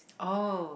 oh